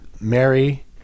Mary